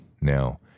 now